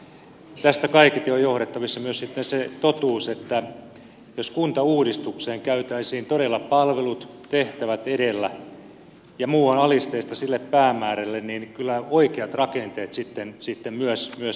ja tästä kaiketi on johdettavissa myös sitten se totuus että jos kuntauudistukseen käytäisiin todella palvelut ja tehtävät edellä ja muu on alisteista sille päämäärälle niin kyllä oikeat rakenteet sitten myös löytyvät